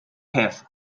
have